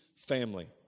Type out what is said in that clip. family